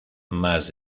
más